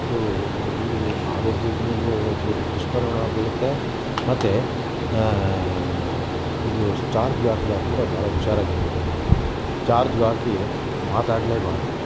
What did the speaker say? so ಇದು ಆರೋಗ್ಯದ್ ಮೇಲೂ ದುಷ್ಪರಿಣಾಮ ಬೀಳುತ್ತೆ ಮತ್ತು ಇದು ಚಾರ್ಜ್ಗೆ ಹಾಕಿದಾಗ ಕೂಡ ಬಹಳ ಹುಷಾರಾಗಿರಬೇಕು ನಾವು ಚಾರ್ಜ್ಗೆ ಹಾಕಿ ಮಾತಾಡ್ಲೇಬಾರ್ದು